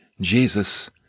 Jesus